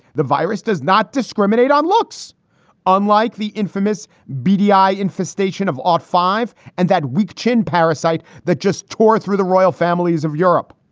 the virus does not discriminate on looks unlike the infamous beady eye infestation of all five and that weak chin parasite that just tore through the royal families of europe.